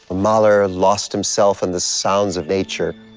mahler lost himself in the sounds of nature.